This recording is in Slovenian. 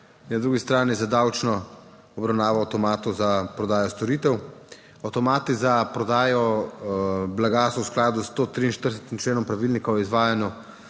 Na drugi strani za davčno obravnavo avtomatov za prodajo storitev. Avtomati za prodajo blaga so v skladu s 143. členom Pravilnika o izvajanju